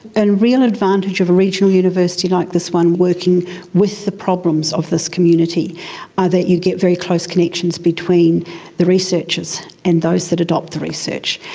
and real advantage of a regional university like this one working with the problems of this community are that you get very close connections between the researchers and those that adopt the research,